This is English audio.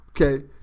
Okay